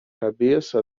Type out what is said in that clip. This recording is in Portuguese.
cabeça